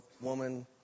woman